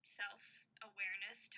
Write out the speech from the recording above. self-awareness